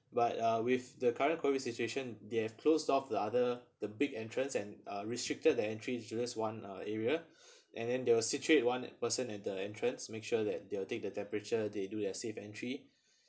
but uh with the current COVID situation they've closed off the other the big entrance and uh restricted the entries to just one uh area and then there will situate one person at the entrance make sure that they will take the temperature they do their SafeEntry